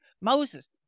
Moses